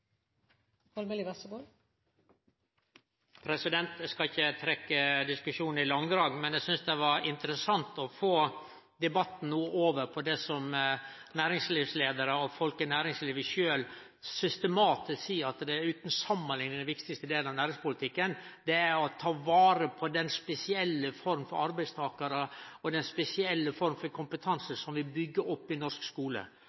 Taletiden er ute. Eg skal ikkje trekke diskusjonen ut i langdrag, men eg synest det er interessant å få debatten over på det som næringslivsleiarar og folk i næringslivet sjølv – systematisk – seier utan samanlikning er den viktigaste delen av næringspolitikken, nemleg å ta vare på den spesielle kompetansen som vi bygger opp i norsk skole. Så er Bakke-Jensen litt fornærma for at vi angrip deira skolepolitikk – og